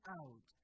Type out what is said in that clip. out